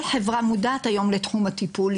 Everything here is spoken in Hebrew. כל חברה מודעת היום לתחום הטיפול.